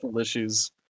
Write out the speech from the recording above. issues